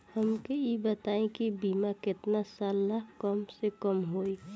हमके ई बताई कि बीमा केतना साल ला कम से कम होई?